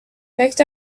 picked